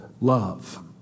love